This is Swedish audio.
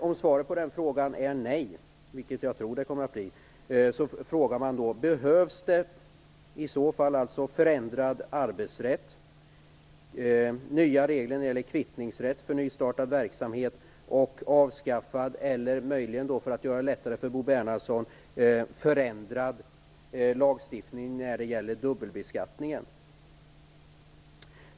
Om svaret på den frågan är nej, vilket jag tror blir fallet, undrar jag om det behövs en förändrad arbetsrätt, nya regler när det gäller kvittningsrätt för nystartad verksamhet och avskaffad eller möjligen - för att göra det lättare för Bo Bernhardsson - förändrad lagstiftning avseende dubbelbeskattningen?